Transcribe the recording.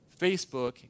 Facebook